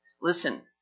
listen